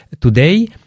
today